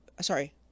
sorry